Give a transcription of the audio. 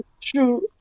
True